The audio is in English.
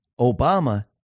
Obama